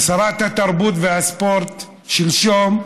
ששרת התרבות והספורט שלשום,